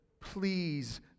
please